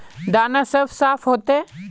दाना सब साफ होते?